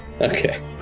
Okay